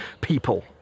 people